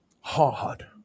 hard